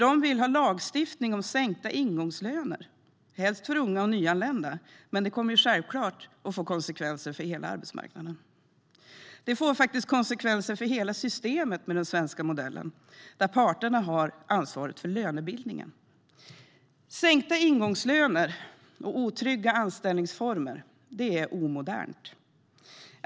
De vill ha lagstiftning om sänkta ingångslöner, helst för unga och nyanlända, men det kommer självklart att få konsekvenser för hela arbetsmarknaden och faktiskt för hela systemet med den svenska modellen, där parterna har ansvaret för lönebildningen. Sänkta ingångslöner och otrygga anställningsformer är omodernt.